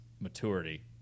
maturity